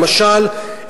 למשל,